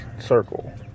circle